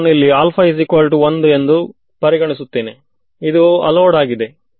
ನನಗೆ ಅಲ್ಲಿಯ ವರೆಗೆ ಹೋಗಲು ಸಾಧ್ಯವಿದೆಯೇ ಸೋ ಈ ಕೋರ್ಸಿನ ಆರಂಭದಲ್ಲಿ ಹೈಗೆನ್ಸ್ ತತ್ವ ವನ್ನು ಓದಿದ್ದೇವೆ